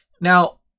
Now